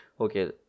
Okay